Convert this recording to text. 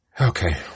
okay